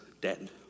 dead